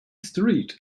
street